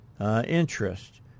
interest